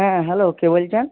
হ্যাঁ হ্যালো কে বলছেন